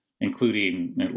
including